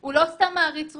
הוא לא סתם מעריץ רוצחים,